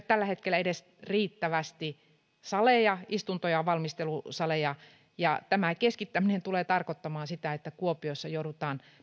tällä hetkellä edes riittävästi saleja istunto ja valmistelusaleja ja tämä keskittäminen tulee tarkoittamaan sitä että kuopiossa joudutaan